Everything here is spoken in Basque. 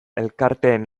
elkarteen